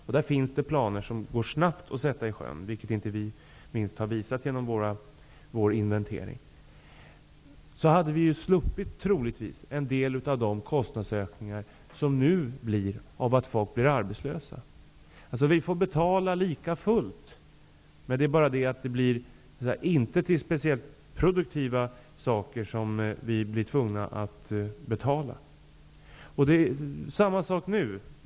Det finns planer som går snabbt att sätta i sjön, vilket vi inte minst har visat genom vår inventering. Om man hade gjort så, hade vi troligtvis sluppit en del kostnadsökningar som nu uppstår på grund av att folk blir arbetslösa. Vi får i alla fall betala lika mycket. Skillnaden är att pengarna inte går till särskilt produktiva saker. Arbetsmarknadsministern kanske kan kommentera detta något. Det är samma sak nu.